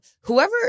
whoever –